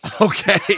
Okay